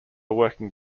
working